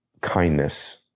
kindness